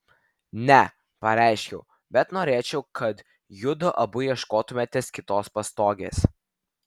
ne pareiškiau bet norėčiau kad judu abu ieškotumėtės kitos pastogės